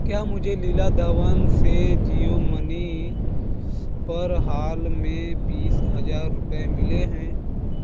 क्या मुझे लीला धवन से जियो मनी पर हाल में बीस हज़ार रुपये मिले हैं